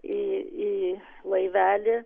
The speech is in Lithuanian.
į į laivelį